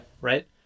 Right